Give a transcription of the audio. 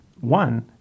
One